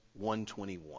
1.21